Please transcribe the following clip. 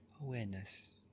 awareness